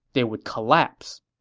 they would collapse